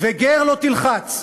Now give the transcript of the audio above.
"וגר לא תלחץ",